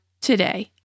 today